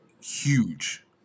huge